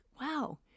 wow